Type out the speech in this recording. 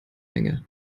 menge